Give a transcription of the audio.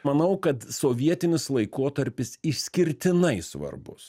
manau kad sovietinis laikotarpis išskirtinai svarbus